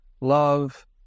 love